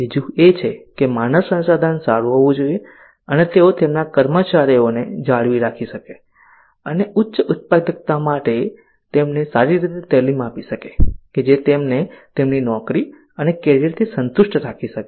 બીજું એ છે કે માનવ સંસાધન સારું હોવું જોઈએ અને તેઓ તેમના કર્મચારીઓને જાળવી રાખી શકે છે અને ઉચ્ચ ઉત્પાદકતા માટે તેમને સારી રીતે તાલીમ આપી શકે છે જે તેમને તેમની નોકરી અને કેરિયરથી સંતુષ્ટ રાખી શકે છે